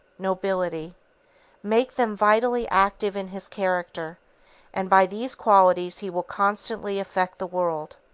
nobility make them vitally active in his character and by these qualities he will constantly affect the world.